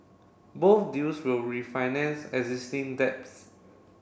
both deals will refinance existing debts